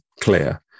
clear